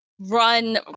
run